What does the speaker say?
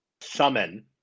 summon